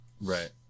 Right